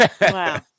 Wow